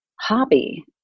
hobby